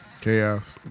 Chaos